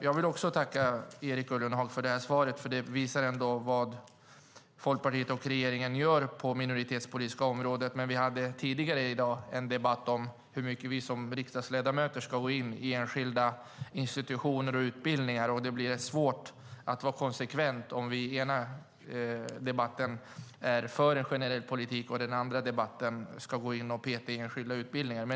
Jag vill också tacka Erik Ullenhag för svaret. Det visar ändå vad Folkpartiet och regeringen gör på det minoritetspolitiska området. Vi hade tidigare i dag en debatt om hur mycket vi som riksdagsledamöter ska gå in i enskilda institutioner och utbildningar. Det blir svårt att vara konsekvent om vi i den ena debatten är för en generell politik och i den andra debatten ska gå in och peta i enskilda utbildningar.